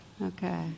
Okay